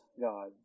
God